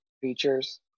features